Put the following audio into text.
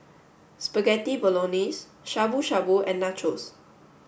Spaghetti Bolognese Shabu Shabu and Nachos